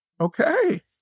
Okay